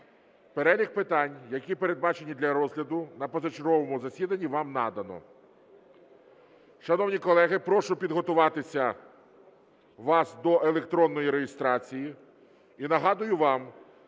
Перелік питань, які передбачені для розгляду на позачерговому засідання, вам надано. Шановні колеги, прошу підготуватися вас до електронної реєстрації. І нагадую вам,